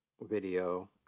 video